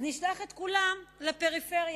אז נשלח את כולם לפריפריה,